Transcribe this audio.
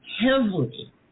heavily